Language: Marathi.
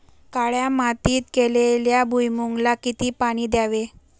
काळ्या मातीत केलेल्या भुईमूगाला किती पाणी द्यावे?